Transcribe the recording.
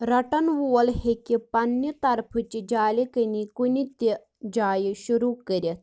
رَٹن وول ہیٚکہِ پنٛنہِ طرفہٕ چہِ جالہِ کٕنی کُنہِ تہِ جایہِ شروٗع کٔرِتھ